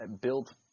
built